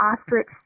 ostrich